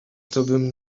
tobym